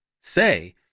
say